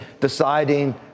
deciding